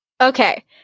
okay